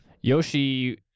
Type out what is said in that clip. Yoshi